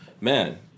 Man